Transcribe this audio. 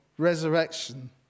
resurrection